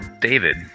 David